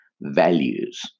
values